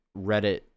Reddit